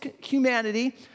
humanity